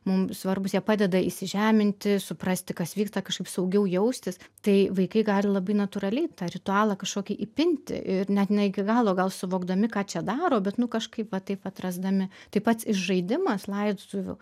mum svarbūs jie padeda įsižeminti suprasti kas vyksta kažkaip saugiau jaustis tai vaikai gali labai natūraliai tą ritualą kažkokį įpinti ir net ne iki galo gal suvokdami ką čia daro bet nu kažkaip va taip atrasdami taip pat išžaidimas laidotuvių